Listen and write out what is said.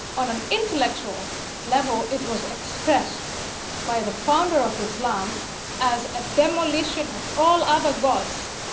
on an intellectual level it was expressed by the founder of islam as a demolition of all other gods.